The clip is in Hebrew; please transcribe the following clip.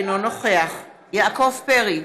אינו נוכח יעקב פרי,